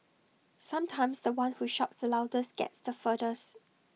sometimes The One who shouts the loudest gets the furthest